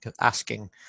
asking